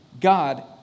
God